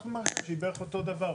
אנחנו מעריכים שהיא בערך אותו דבר.